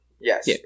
Yes